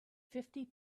fifty